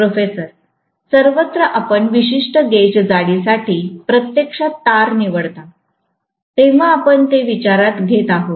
professor सर्वत्र आपण विशिष्ट गेज जाडीसाठी प्रत्यक्षात तार निवडता तेव्हा आपण ते विचारात घेत आहोत